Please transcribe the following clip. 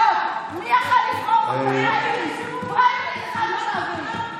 בלי תיק ובלי עבודה,